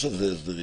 יש לזה הסדרים,